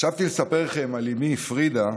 חשבתי לספר לכם על אימי פרידה,